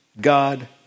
God